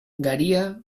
garia